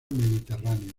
mediterráneo